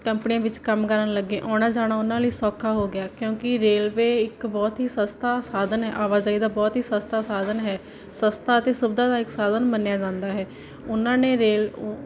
ਕੰਪਨੀਆਂ ਵਿੱਚ ਕੰਮ ਕਰਨ ਲੱਗੇ ਆਉਣਾ ਜਾਣਾ ਉਹਨਾਂ ਲਈ ਸੌਖਾ ਹੋ ਗਿਆ ਕਿਉਂਕਿ ਰੇਲਵੇ ਇੱਕ ਬਹੁਤ ਹੀ ਸਸਤਾ ਸਾਧਨ ਹੈ ਆਵਾਜਾਈ ਦਾ ਬਹੁਤ ਹੀ ਸਸਤਾ ਸਾਧਨ ਹੈ ਸਸਤਾ ਅਤੇ ਸੁਵਿਧਾ ਦਾ ਇੱਕ ਸਾਧਨ ਮੰਨਿਆ ਜਾਂਦਾ ਹੈ ਉਹਨਾਂ ਨੇ ਰੇਲ